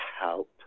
help